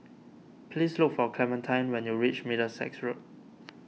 please look for Clementine when you reach Middlesex Road